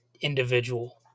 individual